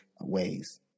ways